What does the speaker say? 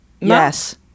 Yes